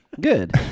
Good